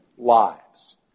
lives